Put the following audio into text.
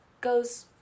goes